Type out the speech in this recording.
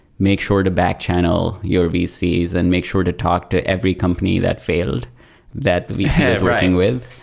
make sure to back channel your vcs and make sure to talk to every company that failed that vc is working with,